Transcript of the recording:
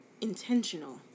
intentional